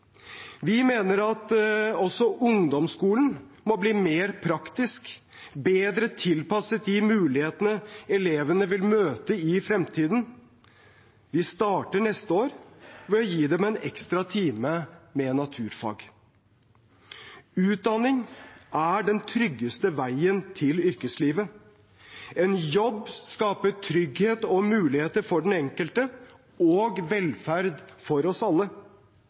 Vi mener også at ungdomsskolen må bli mer praktisk, bedre tilpasset de mulighetene elevene vil møte i fremtiden. Vi starter neste år med å gi dem en ekstra time med naturfag. Utdanning er den tryggeste veien til yrkeslivet. En jobb skaper trygghet og muligheter for den enkelte og velferd for oss alle.